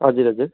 हजुर हजुर